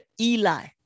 Eli